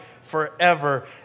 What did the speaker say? forever